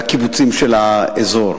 והקיבוצים באזור.